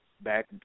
back